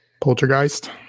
poltergeist